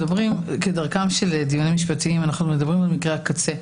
כדרכם של דיונים משפטיים אנחנו מדברים על מקרי הקצה,